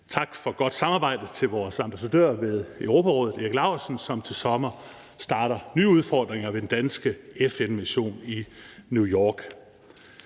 tak for et godt samarbejde til vores ambassadør ved Europarådet, Erik Laursen, som til sommer starter på nye udfordringer ved den danske FN-mission i New York.